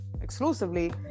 exclusively